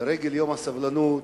לרגל יום הסובלנות,